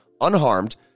unharmed